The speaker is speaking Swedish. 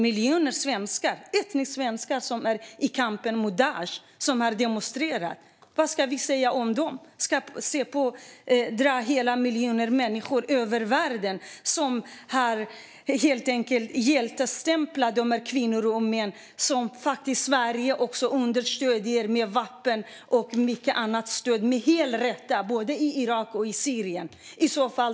Det är etniska svenskar som har demonstrerat i kampen mot Daish. Vad ska vi säga om dem? Ska Säpo stämpla miljoner människor över världen som är hjältar, kvinnor och män, som Sverige understöder med vapen och mycket annat? Det gör man med all rätt både i Irak och i Syrien.